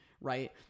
Right